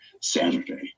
Saturday